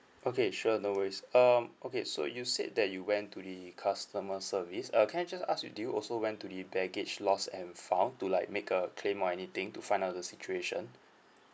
okay sure no worries um okay so you said that you went to the customer service uh can I just ask do you also went to the baggage lost and found to like make a claim or anything to find out the situation